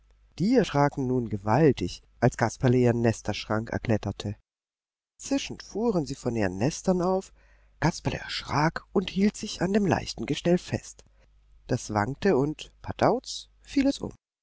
die erschraken nun gewaltig als kasperle ihren nesterschrank erkletterte zischend fuhren sie von ihren nestern auf kasperle erschrak und hielt sich an dem leichten gestell fest das wankte und pardauz fiel es um